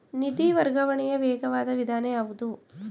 ನಿಧಿ ವರ್ಗಾವಣೆಯ ವೇಗವಾದ ವಿಧಾನ ಯಾವುದು?